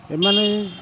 ଏମାନେ